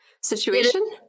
situation